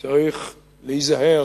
יש להיזהר